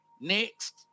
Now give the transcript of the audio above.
Next